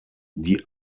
die